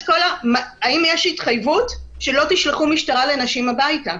האם יש התחייבות שלא תשלחו משטרה לנשים הביתה?